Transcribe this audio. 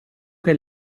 che